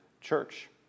church